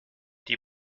die